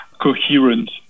coherent